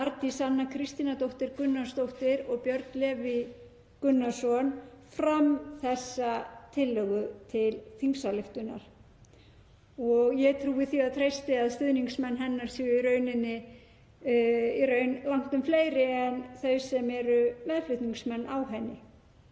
Arndís Anna Kristínardóttir Gunnarsdóttir og Björn Leví Gunnarsson, fram þessa tillögu til þingsályktunar. En ég trúi því og treysti að stuðningsmenn hennar séu í raun langtum fleiri en þau sem eru meðflutningsmenn á henni.